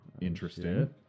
interesting